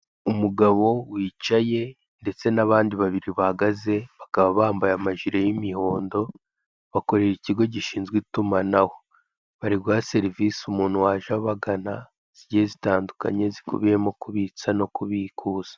Umugabo wicaye ndetse n'abandi babiri bahagaze, bakaba bambaye amajire y'imihondo, bakorera ikigo gishinzwe itumanaho. Bari guha serivise umuntu waje abagana zigiye zitandukanye zikubiyemo kubitsa no kubikuza.